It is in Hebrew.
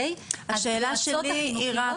השאלה שלי היא,